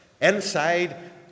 inside